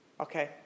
Okay